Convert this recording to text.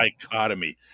dichotomy